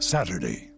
Saturday